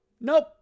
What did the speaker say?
Nope